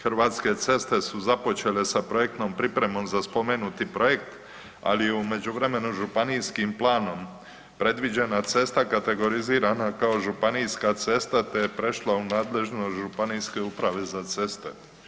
Hrvatske ceste su započele sa projektnom pripremom za spomenuti projekt, ali je u međuvremenu županijskim planom predviđena cesta kategorizirana kao županijska cesta te je prešla u nadležnost županijske uprava za ceste.